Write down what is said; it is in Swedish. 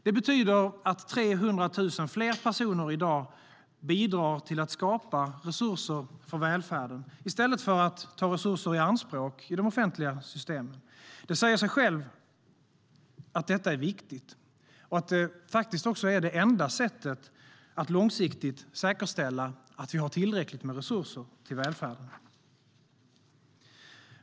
Det betyder att 300 000 fler personer i dag bidrar till att skapa resurser för välfärden, i stället för att exempelvis ta resurser i anspråk i de offentliga systemen. Det säger sig självt att detta är viktigt och faktiskt det enda sättet att långsiktigt säkerställa att vi har tillräckligt med resurser till välfärden.